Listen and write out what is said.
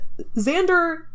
Xander